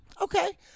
Okay